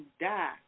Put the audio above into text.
die